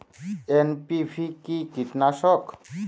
NPV কি কীটনাশক?